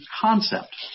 concept